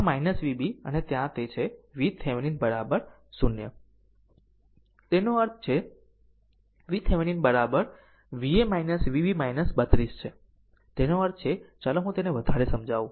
આમ Vb અને ત્યાં તે છે VThevenin 0 તેનો અર્થ છે VThevenin Va Vb 32 છે એનો અર્થ છે ચાલો હું તેને વધારે સમજાવું